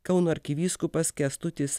kauno arkivyskupas kęstutis